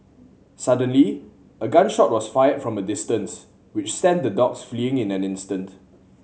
suddenly a gun shot was fired from a distance which sent the dogs fleeing in an instant